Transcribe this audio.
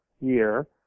year